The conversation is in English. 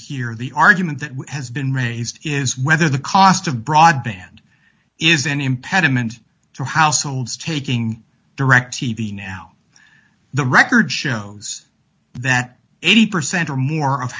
here the argument that has been raised is whether the cost of broadband is an impediment to households taking direct t v now the record shows that eighty percent or more of